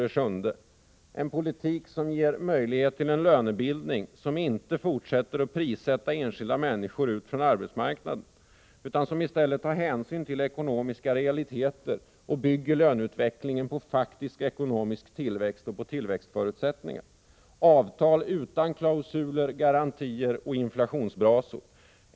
7. En politik som ger möjlighet till en lönebildning som inte fortsätter att prissätta enskilda människor ut från arbetsmarknaden utan som i stället tar hänsyn till ekonomiska realiteter och bygger löneutvecklingen på faktisk ekonomisk tillväxt och på tillväxtförutsättningar. Avtal utan klausuler, garantier och inflationsbrasor.